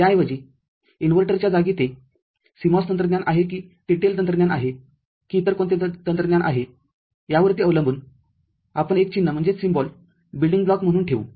त्याऐवजी इन्व्हर्टरच्या जागी ते CMOS तंत्रज्ञान आहे की TTL तंत्रज्ञान आहे की इतर कोणते तंत्रज्ञान आहे यावरती अवलंबूनआपण एक चिन्ह बिल्डिंग ब्लॉक म्हणून ठेवू